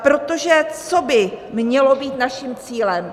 Protože co by mělo být naším cílem?